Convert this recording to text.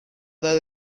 edad